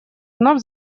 вновь